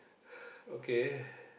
okay